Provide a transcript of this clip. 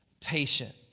patient